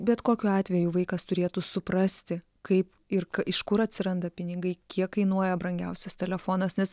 bet kokiu atveju vaikas turėtų suprasti kaip ir iš kur atsiranda pinigai kiek kainuoja brangiausias telefonas nes